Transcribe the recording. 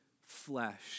flesh